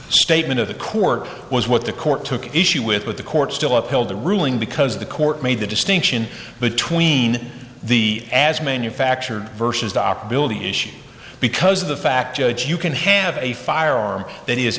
statement of the court was what the court took issue with with the court still appeal the ruling because the court made the distinction between the as manufactured versus the op bill the issue because of the fact judge you can have a firearm tha